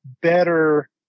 better